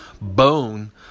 bone